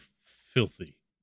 filthy